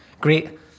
great